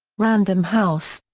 random house.